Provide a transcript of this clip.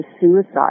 suicide